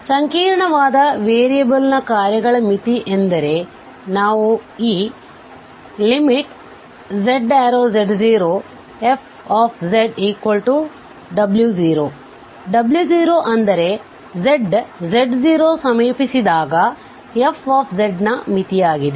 ಆದ್ದರಿಂದ ಸಂಕೀರ್ಣವಾದ ವೇರಿಯೇಬಲ್ನ ಕಾರ್ಯಗಳ ಮಿತಿ ಎಂದರೆ ನಾವು ಈz→z0fzw0 w0 ಅಂದರೆ z z0 ಸಮೀಪಿಸಿದಾಗ f ನ ಮಿತಿಯಾಗಿದೆ